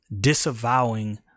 disavowing